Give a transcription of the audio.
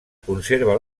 conserva